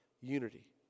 unity